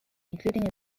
including